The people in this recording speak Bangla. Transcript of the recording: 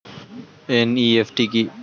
এন.ই.এফ.টি কি?